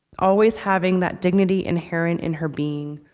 always having that dignity inherent in her being.